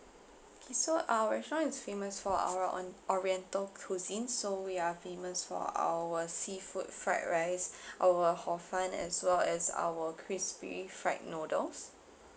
okay so our restaurant is famous for our or~ oriental cuisine so we are famous for our seafood fried rice our hor fun as well as our crispy fried noodles